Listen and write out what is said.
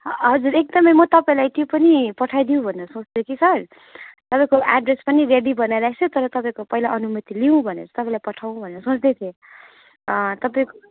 हजुर एकदमै म तपाईँलाई त्यो पनि पठाइदिउँ भनेर सोच्दैथिएँ सर तपाईँको एड्रेस पनि रेडी बनाइरहेको छु तर तपाईँको पहिला अनुमति लिउँ भनेर तपाईँलाई पठाउँ भनेर सोच्दैथिएँ तपाईँको